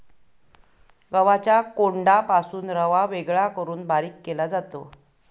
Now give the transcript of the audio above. गव्हाच्या कोंडापासून रवा वेगळा करून बारीक केला जातो